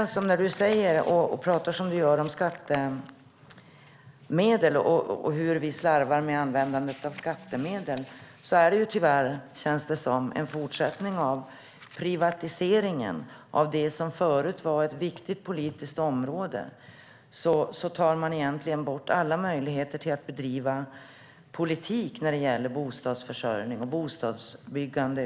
När du pratar som du gör om skattemedel och hur vi slarvar med dem känns det som en fortsättning av privatiseringen av det som förut var ett viktigt politiskt område. Nu tar man bort alla möjligheter att bedriva politik när det gäller bostadsförsörjning och bostadsbyggande.